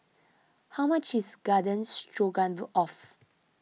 how much is Garden Stroganoff